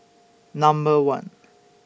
Number one